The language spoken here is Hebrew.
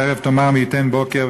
ובערב תאמר מי ייתן בוקר",